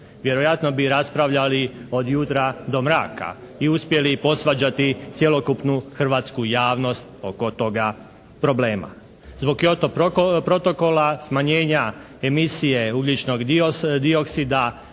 vjerojatno bi raspravljali od jutra do mraka i uspjeli posvađati cjelokupnu hrvatsku javnost oko toga problema. Zbog kjoto protokola smanjenja emisije ugljičnog dioksida,